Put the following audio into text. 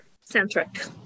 centric